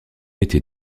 était